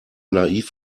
naiv